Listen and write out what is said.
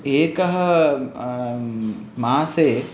एकः मासे